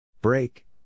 Break